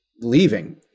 leaving